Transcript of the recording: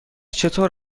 چطور